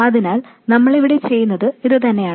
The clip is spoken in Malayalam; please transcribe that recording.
അതിനാൽ നമ്മൾ ഇവിടെ ചെയ്യുന്നത് ഇതുതന്നെയാണ്